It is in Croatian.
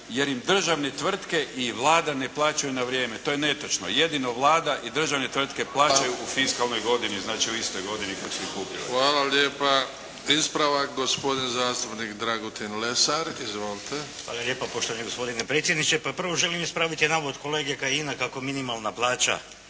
jer im državne tvrtke i Vlada ne plaćaju na vrijeme. To je netočno. Jedino Vlada i državne tvrtke plaćaju u fiskalnoj godini, znači u istoj godini u kojoj su i kupile. **Bebić, Luka (HDZ)** Hvala lijepa. Ispravak, gospodin zastupnik Dragutin Lesar. Izvolite. **Lesar, Dragutin (Nezavisni)** Hvala lijepa poštovani gospodine predsjedniče. Pa prvo želim ispraviti navod kolege Kajina kako minimalna plaća